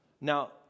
Now